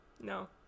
No